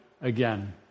again